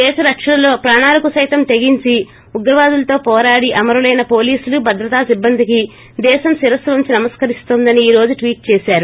దేశ రక్షణలో ప్రాణాలకు సైతం తెగించి ఉగ్రవాదులతో వోరాడి అమరులైన పోలీసులు భద్రతా సిబ్బందికి దేశం శిరస్పు వంచి నమస్కరిస్తోందని ఈ రోజు ట్వీట్ చేశారు